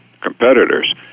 competitors